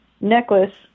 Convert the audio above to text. Necklace